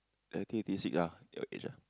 nineteen eighty six ah your age ah